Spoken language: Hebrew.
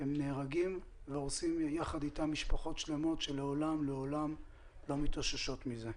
הם נהרגים והורסים משפחות שלמות שלעולם לא מתאוששות מכך.